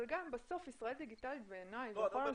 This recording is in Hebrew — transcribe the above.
אבל גם בסוף ישראל דיגיטלית בעיניי --- לא,